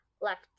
left